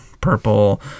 purple